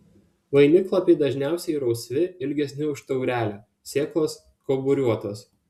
vainiklapiai dažniausiai rausvi ilgesni už taurelę sėklos kauburiuotos